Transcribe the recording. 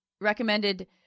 recommended